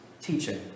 teaching